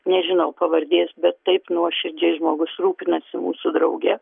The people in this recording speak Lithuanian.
nežinau pavardės bet taip nuoširdžiai žmogus rūpinasi mūsų drauge